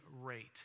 rate